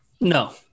no